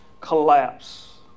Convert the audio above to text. Collapse